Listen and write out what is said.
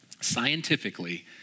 Scientifically